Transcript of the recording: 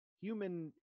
human